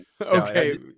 Okay